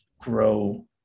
grow